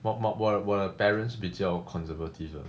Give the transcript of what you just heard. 我我我的我的 parents 比较 conservative 的